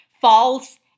false